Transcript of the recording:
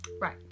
Right